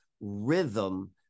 rhythm